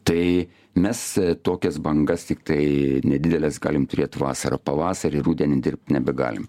tai mes tokias bangas tiktai nedideles galim turėt vasarą pavasarį rudenį dirbt nebegalim